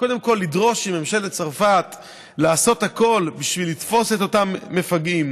קודם כול לדרוש מממשלת צרפת לעשות הכול בשביל לתפוס את אותם מפגעים.